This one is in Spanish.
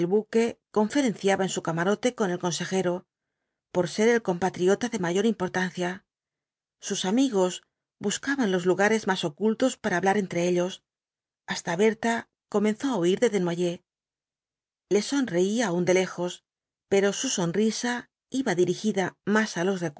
buque conferenciaba en su camarote con el consejero por ser el compatriota de mayor importancia sus amigos buscaban los lugares más ocultos para hablar entre ellos hasta berta comenzó á huir de desnoyers le sonreía aún de lejos pero su sonrisa iba dirigida más á los